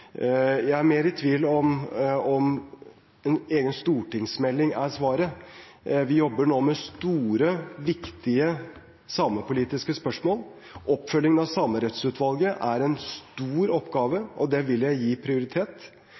Jeg er mer i tvil om en egen stortingsmelding er svaret. Vi jobber nå med store, viktige samepolitiske spørsmål. Oppfølgingen av Samerettsutvalget er en stor oppgave, og det vil jeg gi prioritet.